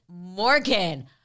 Morgan